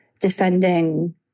defending